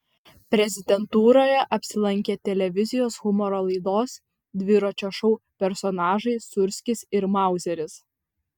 prezidentūroje apsilankė televizijos humoro laidos dviračio šou personažai sūrskis ir mauzeris